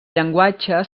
llenguatge